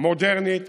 מודרנית,